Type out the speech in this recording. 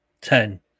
ten